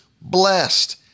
blessed